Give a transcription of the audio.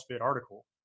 article